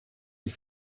die